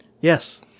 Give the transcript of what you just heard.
Yes